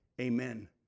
Amen